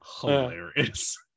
hilarious